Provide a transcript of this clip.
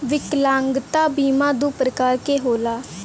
विकलागंता बीमा दू प्रकार क होला